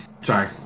sorry